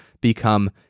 become